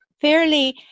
fairly